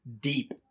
deep